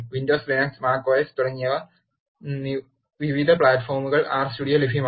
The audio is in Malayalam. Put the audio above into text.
വിൻഡോസ്ലിനക്സ് മാക് ഓയെസ് തുടങ്ങി വിവിധ പ്ലാറ്റ്ഫോമുകൾക്കും ആർ സ്റ്റുഡിയോ ലഭ്യമാണ്